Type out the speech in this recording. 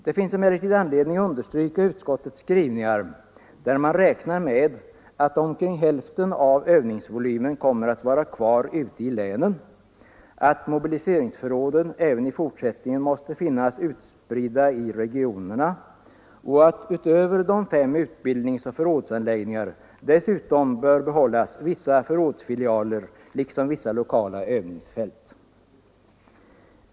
Det finns emellertid anledning understryka att utskottet räknar med att omkring hälften av övningsvolymen kommer att vara kvar ute i länen, att mobiliseringsförråden även i fortsättningen måste finnas utspridda i regionerna och att utöver de fem utbildningsoch förrådsanläggningarna bör behållas vissa förrådsfilialer liksom vissa lokala övningsfält.